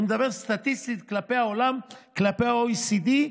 אני מדבר סטטיסטית כלפי העולם, כלפי ה-OECD,